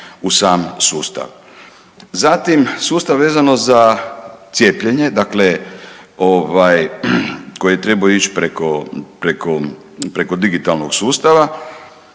u sam sustav. Zatim sustav vezano za cijepljenje dakle koji je trebao ići preko digitalnog sustava